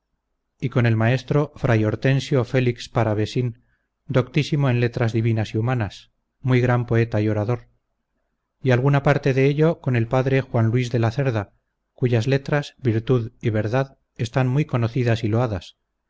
y con el maestro fray hortensio félix paravesin doctísimo en letras divinas y humanas muy gran poeta y orador y alguna parte de ello con el padre juan luis de la cerda cuyas letras virtud y verdad están muy conocidas y loadas